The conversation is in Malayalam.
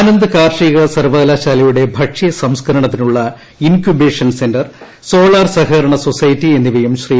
ആനന്ദ് കാർഷിക സർവകലാശാലയുടെ ഭക്ഷ്യ സംസ്ക്കരണത്തിനുള്ള ഇൻക്യുബേഷൻ സെന്റർ സോളാർ സഹകരണ സൊസൈറ്റി എന്നിവയും ശ്രീ